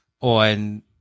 on